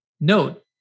note